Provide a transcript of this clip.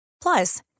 Plus